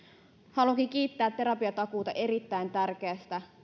haluankin kiittää terapiatakuuta erittäin tärkeästä